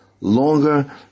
longer